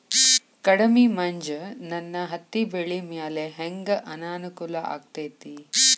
ಕಡಮಿ ಮಂಜ್ ನನ್ ಹತ್ತಿಬೆಳಿ ಮ್ಯಾಲೆ ಹೆಂಗ್ ಅನಾನುಕೂಲ ಆಗ್ತೆತಿ?